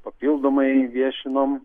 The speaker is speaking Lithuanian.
papildomai viešinom